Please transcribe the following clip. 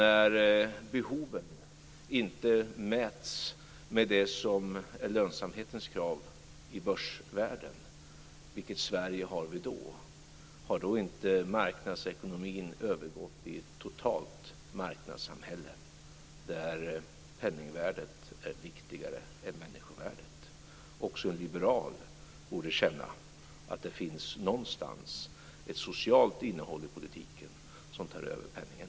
När behoven inte mäts med det som är lönsamhetens krav i börsvärlden, vilket Sverige har vi då? Har marknadsekonomin då inte övergått i ett totalt marknadssamhälle där penningvärdet är viktigare än människovärdet? Också en liberal borde känna att det någonstans finns ett socialt innehåll i politiken som tar över penningen.